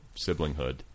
siblinghood